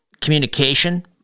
communication